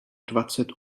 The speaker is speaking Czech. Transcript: dvacet